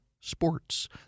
sports